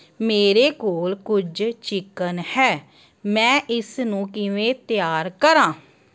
ਮੇਰੇ ਕੋਲ ਕੁਝ ਚਿਕਨ ਹੈ ਮੈਂ ਇਸ ਨੂੰ ਕਿਵੇਂ ਤਿਆਰ ਕਰਾਂ